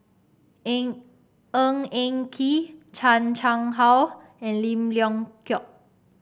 Eng Ng Eng Kee Chan Chang How and Lim Leong Geok